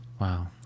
Wow